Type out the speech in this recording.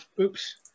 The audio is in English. Oops